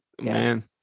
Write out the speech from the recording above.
Man